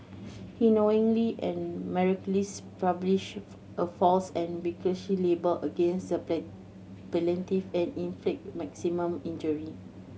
he knowingly and maliciously published a false and vicious libel against the supply plaintiff and inflict maximum injury